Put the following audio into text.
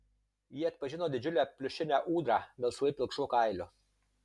ji atpažino didžiulę pliušinę ūdrą melsvai pilkšvu kailiu